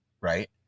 right